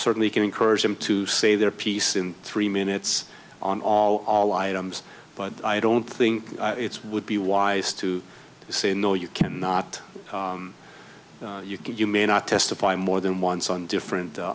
certainly can encourage them to say their piece in three minutes on all all items but i don't think it's would be wise to say no you cannot you can you may not testify more than once on different